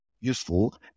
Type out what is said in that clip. useful